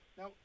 Now